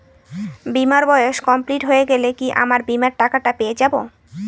বীমার বয়স কমপ্লিট হয়ে গেলে কি আমার বীমার টাকা টা পেয়ে যাবো?